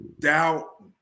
doubt